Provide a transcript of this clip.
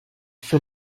for